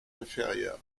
inférieure